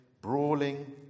brawling